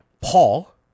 Paul